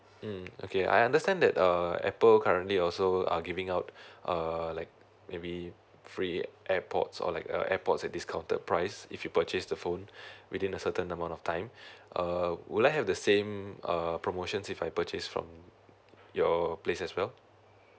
mm okay I understand that uh apple currently also uh giving out uh like maybe free uh AirPods or like uh AirPods at discounted price if you purchase the phone within a certain amount of time uh would I have the same uh promotions if I purchase from your place as well